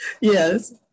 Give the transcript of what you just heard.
yes